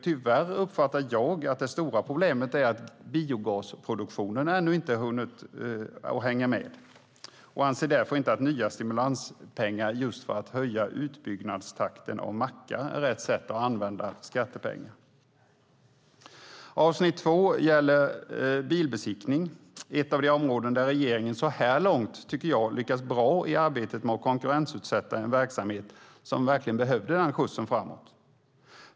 Tyvärr uppfattar jag att det stora problemet är att biogasproduktionen inte hänger med och anser därför inte att nya stimulansmedel för att höja utbyggnadstakten av mackar är rätt sätt att använda skattepengar. Avsnitt 2 gäller bilbesiktning, ett av de områden där regeringen så här långt har lyckats bra i arbetet med att konkurrensutsätta en verksamhet som behövde en skjuts framåt.